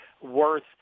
worth